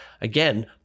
again